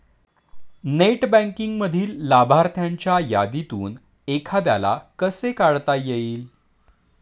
Net बँकिंगमधील लाभार्थ्यांच्या यादीतून एखाद्याला कसे काढता येईल?